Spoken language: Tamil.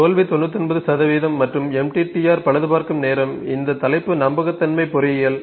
தோல்வி 99 மற்றும் MTTR பழுதுபார்க்கும் நேரம் இந்த தலைப்பு நம்பகத்தன்மை பொறியியல்